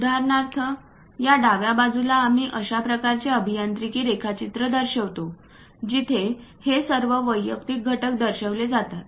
उदाहरणार्थ या डाव्या बाजूला आम्ही अशा प्रकारचे अभियांत्रिकी रेखाचित्र दर्शवितो जिथे हे सर्व वैयक्तिक घटक दर्शविले जातात